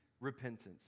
Repentance